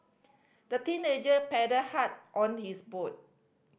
the teenager paddled hard on his boot